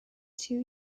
two